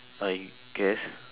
I guess